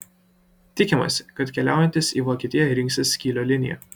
tikimasi kad keliaujantys į vokietiją rinksis kylio liniją